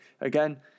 Again